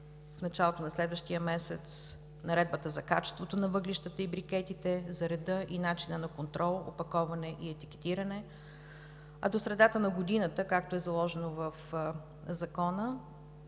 в началото на следващия месец Наредбата за качеството на въглищата и брикетите, за реда и начина на контрол, опаковане и етикетиране, а до средата на годината, както е заложено в Закона,